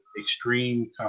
extreme